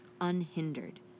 unhindered